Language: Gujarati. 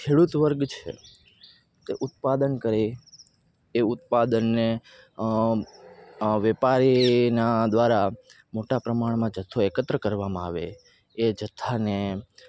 ખેડૂત વર્ગ છે કે ઉત્પાદન કરે એ ઉત્પાદનને વેપારીના ધ્વારા મોટા પ્રમાણમાં જથ્થો એકત્ર કરવામાં આવે એ જથ્થાને